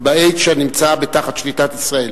ב-H שנמצא תחת שליטת ישראל.